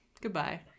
goodbye